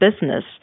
business